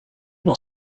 will